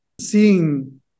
seeing